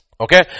Okay